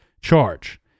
charge